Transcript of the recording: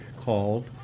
called